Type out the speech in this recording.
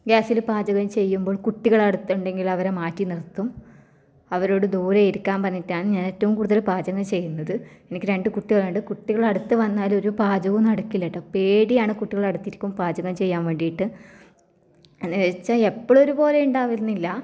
ഗ്യാസിൽ പാചകം ചെയ്യുമ്പോൾ കുട്ടികൾ അടുത്തുണ്ടെങ്കിൽ അവരെ മാറ്റി നിർത്തും അവരോട് ദൂരെ ഇരിക്കാൻ പറഞ്ഞിട്ടാണ് ഞാൻ ഏറ്റവും കൂടുതൽ പാചകം ചെയ്യുന്നത് എനിക്ക് രണ്ട് കുട്ടികളുണ്ട് കുട്ടികൾ അടുത്ത് വന്നാലൊരു പാചകവും നടക്കില്ല കേട്ടോ പേടിയാണ് കുട്ടികൾ അടുത്തിരിക്കുമ്പോൾ പാചകം ചെയ്യാൻ വേണ്ടിയിട്ട് എന്ന് വെച്ചാൽ എപ്പോളും ഒരുപോലെ ഉണ്ടാവുമെന്നില്ല